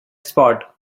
spot